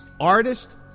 artist